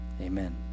Amen